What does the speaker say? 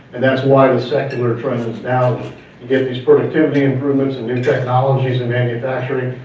and that's why the secular trend is down. you get these productivity improvements and new technologies in manufacturing,